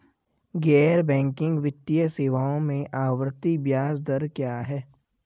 गैर बैंकिंग वित्तीय सेवाओं में आवर्ती ब्याज दर क्या है?